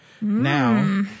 Now